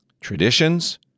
Traditions